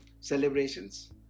celebrations